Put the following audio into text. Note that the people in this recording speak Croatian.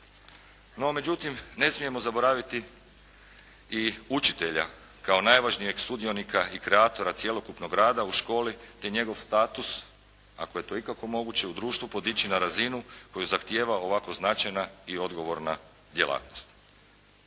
No međutim, ne smijemo zaboraviti i učitelja kao najvažnijeg sudionika i kreatora cjelokupnog rada u školi te njegov status ako je to ikako moguće u društvu podići na razinu koju zahtjeva ovako značajna i odgovorna djelatnost.